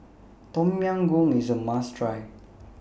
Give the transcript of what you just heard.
Tom Yam Goong IS A must Try